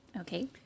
Okay